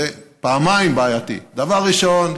זה פעמיים בעייתי: דבר ראשון,